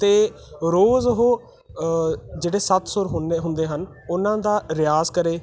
ਅਤੇ ਰੋਜ਼ ਉਹ ਜਿਹੜੇ ਸੱਤ ਸੁਰ ਹੁੰਦੇ ਹੁੰਦੇ ਹਨ ਉਹਨਾਂ ਦਾ ਰਿਆਜ਼ ਕਰੇ